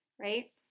Right